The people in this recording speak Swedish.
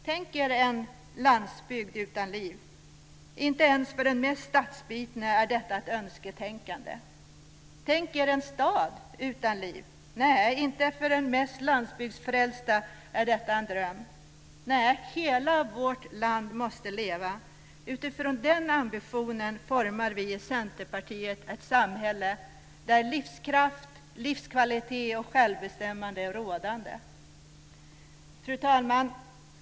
Tänk er en landsbygd utan liv. Inte ens för den mest stadsbitne är detta ett önsketänkande. Tänk er en stad utan liv. Nej, inte för den mest landsbygdsfrälsta är detta en dröm. Hela vårt land måste leva! Utifrån den ambitionen formar vi i Centerpartiet ett samhälle där livskraft, livskvalitet och självbestämmande är rådande. Fru talman!